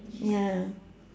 ya